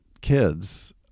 kids